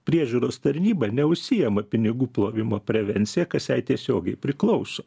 priežiūros tarnyba neužsiima pinigų plovimo prevencija kas jai tiesiogiai priklauso